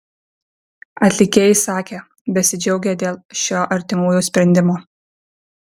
atlikėjai sakė besidžiaugią dėl šio artimųjų sprendimo